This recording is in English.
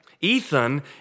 Ethan